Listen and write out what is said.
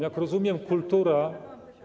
Jak rozumiem, kultura.